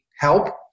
Help